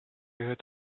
head